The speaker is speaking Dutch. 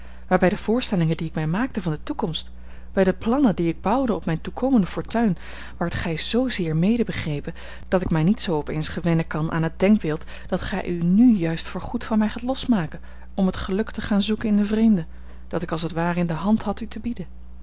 bij de voorstellingen die ik mij maakte van de toekomst bij de plannen die ik bouwde op mijne toekomende fortuin waart gij zoozeer mede begrepen dat ik mij niet zoo op eens gewennen kan aan het denkbeeld dat gij u n juist voor goed van mij gaat losmaken om t geluk te gaan zoeken in den vreemde dat ik als t ware in de hand had u te bieden